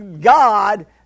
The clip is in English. God